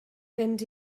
fynd